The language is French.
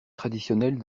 traditionnelles